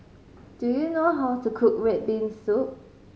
do you know how to cook red bean soup